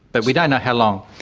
but we don't know how long,